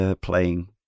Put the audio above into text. playing